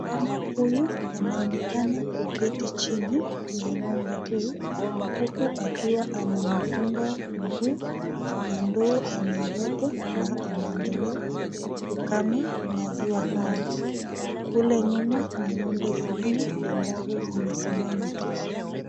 Mama huyu anaonekana kuketi chini ya ngo'mbe huu huku akiwa amefungua miguu na ndoo nailta na anaendela kukamua maziwa haya, kule nyumo ni ngo'mbe zingine ambao wamesimama tu.